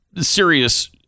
serious